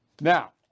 Now